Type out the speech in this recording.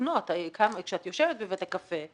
לקנות כשאת יושבת בבתי קפה,